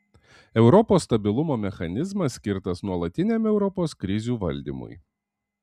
europos stabilumo mechanizmas skirtas nuolatiniam europos krizių valdymui